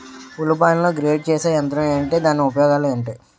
ఉల్లిపాయలను గ్రేడ్ చేసే యంత్రం ఏంటి? దాని ఉపయోగాలు ఏంటి?